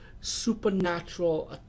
supernatural